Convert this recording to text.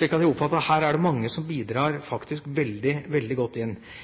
jeg oppfatter at her er det mange som faktisk bidrar veldig godt.